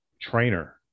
trainer